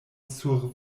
sur